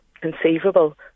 conceivable